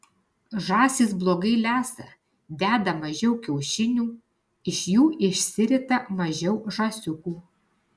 žąsys blogai lesa deda mažiau kiaušinių iš jų išsirita mažiau žąsiukų